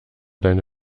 deine